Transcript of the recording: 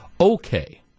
Okay